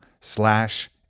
slash